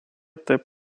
taip